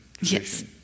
Yes